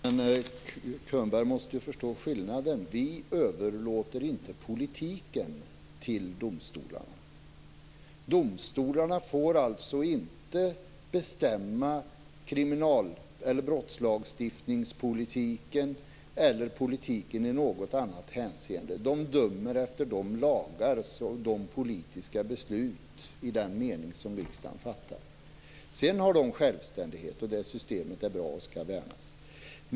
Fru talman! Bo Könberg måste ju förstå skillnaden. Vi överlåter inte politiken till domstolarna. Domstolarna får alltså inte bestämma brottslagstiftningspolitiken eller politiken i något annat hänseende. De dömer efter de lagar och de politiska beslut som riksdagen i den meningen fattar. Sedan har de självständighet, och det systemet är bra och skall värnas.